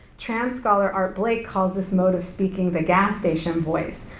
trans scholar art blake calls this mode of speaking the gas station voice,